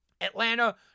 Atlanta